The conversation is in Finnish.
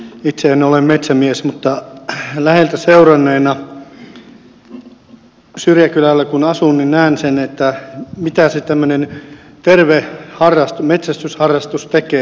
itse en ole metsämies mutta läheltä seuranneena syrjäkylällä kun asun näen sen mitä tämmöinen terve metsästysharrastus tekee